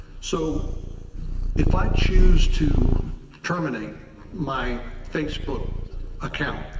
so if i choose to terminate my facebook account,